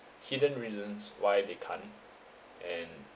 hidden reasons why they can't and